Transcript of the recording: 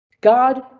God